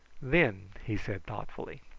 then, he said thoughtfully